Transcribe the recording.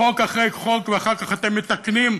חוק אחרי חוק, ואחר כך אתם מתקנים.